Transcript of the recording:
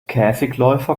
käfigläufer